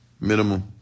Minimum